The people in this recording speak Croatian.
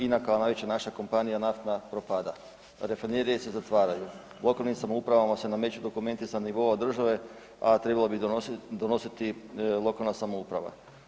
INA kao najveća naša kompanija naftna propada, rafinerije se zatvaraju, lokalnim samoupravama se nameću dokumenti sa nivoa države, a trebala bi ih donositi lokalna samouprava.